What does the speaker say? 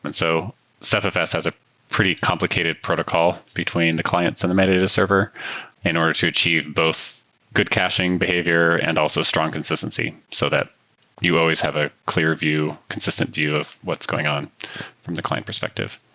and so ceph fs has a pretty complicated protocol between the clients and the metadata server in order to achieve both good caching behavior and also strong consistency so that you always have a clear view, consistent view of what's going on from the client perspective.